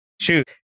Shoot